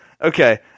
Okay